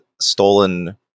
stolen